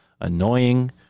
annoying